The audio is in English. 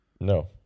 No